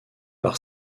par